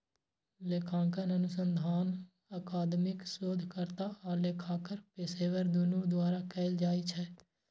लेखांकन अनुसंधान अकादमिक शोधकर्ता आ लेखाकार पेशेवर, दुनू द्वारा कैल जाइ छै